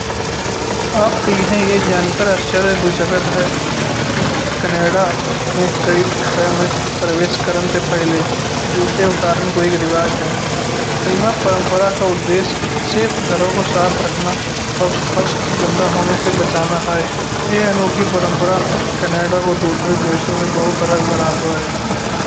आपका यह जानकर आश्चर्यचकित को जगत है। कि कनाडा में कई घर में प्रवेश करन ते पहिले जूते उतारन को एक रिवाज है। कई मा परंपरा का उद्देशीय। इर्फ घरो को साफ रखना और फर्श को गंदा होने से बचाना होत है। यह अनोखी परंपराए कनाडा को दूसरे देशों से बहुत अलग बनातो है।